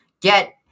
Get